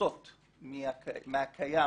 לסטות מהקיים,